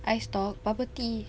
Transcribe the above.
Ice Talk bubble tea